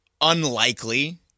unlikely